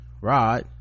Rod